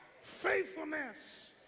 faithfulness